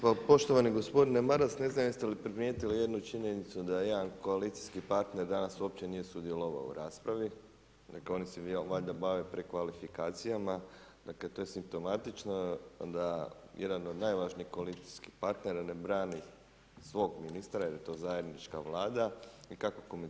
Pa poštovani gospodine Maras, ne znam jeste li primijetili jednu činjenicu da je jedan koalicijski partner danas uopće nije sudjelovao u raspravi, dakle oni se valjda bave prekvalifikacijama, dakle to je simptomatično da jedan od najvažnijih koalicijskih partnera ne brani svog ministra jer je to zajednička Vlada, kako komentirate tu činjenicu?